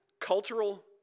Cultural